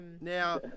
Now